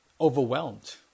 overwhelmed